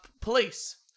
Police